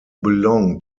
belong